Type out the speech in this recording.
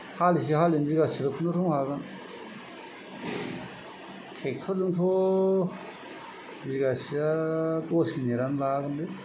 हालिसे हालिनैजों बिगासेखौ खुनुरोखोम हागोन ट्रेक्टर जोंथ' बिगासेया दस मिनिट आनो लायागोनलै